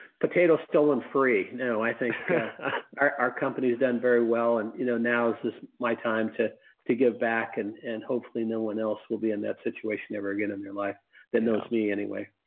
potato-stolen free. no, i think our company's done very well and you know now is just my time to to give back and and hopefully no one else will be in that situation ever again in your life that knows me anyway.